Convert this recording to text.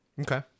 Okay